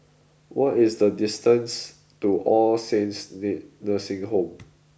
what is the distance to All Saints knee Nursing Home